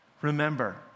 Remember